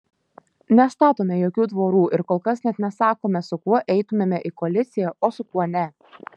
nestatome jokių tvorų ir kol kas net nesakome su kuo eitumėme į koaliciją o su kuo ne